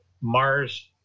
Mars